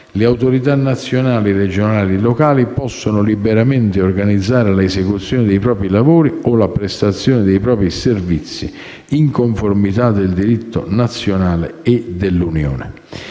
le autorità nazionali, regionali e locali possono liberamente organizzare l'esecuzione dei propri lavori o la prestazione dei propri servizi in conformità del diritto nazionale e dell'Unione.